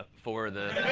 for the